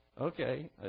Okay